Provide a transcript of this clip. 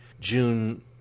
June